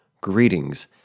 greetings